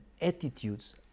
attitudes